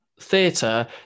theatre